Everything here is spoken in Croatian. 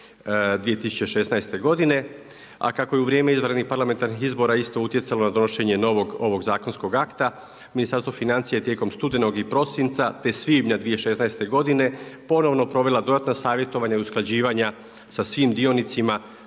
2016. godine, a kako je u vrijeme izvanrednih parlamentarnih izbora isto utjecalo na donošenje novog ovog zakonskog akta, Ministarstvo financija je tijekom studenog i prosinca, te svibnja 2016. godine ponovno provela dodatna savjetovanja i usklađivanja sa svim dionicima